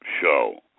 show